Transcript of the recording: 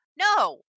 No